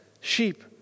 sheep